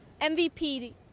MVP